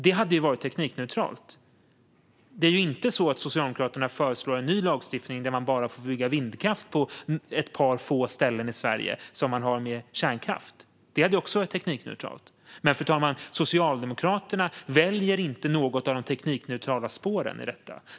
Det hade varit teknikneutralt. Och det är ju inte så att Socialdemokraterna föreslår ny lagstiftning som innebär att man bara får bygga vindkraft på ett par ställen i Sverige, som det är med kärnkraften. Det hade också varit teknikneutralt. Men, fru talman, Socialdemokraterna väljer inte något av de teknikneutrala spåren.